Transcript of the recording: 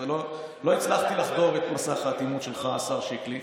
לא הצלחתי לחדור את מסך האטימות שלך, השר שיקלי.